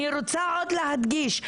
אני רוצה עוד להדגיש,